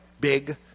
big